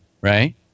right